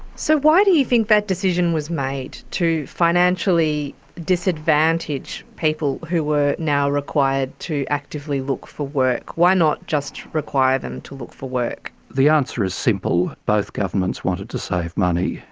so why do you think that decision was made to financially disadvantage people who were now required to actively look for work? why not just require them to look for work? the answer is simple both governments wanted to save money,